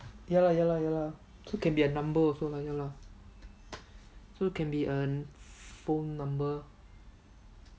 ya lah ya lah ya lah so can be a number also lah ya lah that lah so can be a phone number